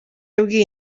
yabwiye